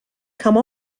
come